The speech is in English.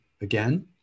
again